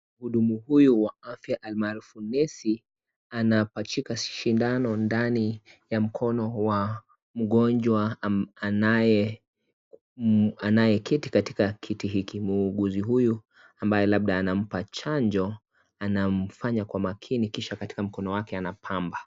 Mhudumu huyu wa afia almaarufu nesi anapachika shindano ndani ya mkono wa mgonjwa anayeketi katika kiti hiki muuguzi huyu, ambaye labda anampa chanjo, anamfanya kwa makini kisha katika mkono wake ako na pamba.